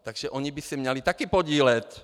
Takže oni by se měli také podílet.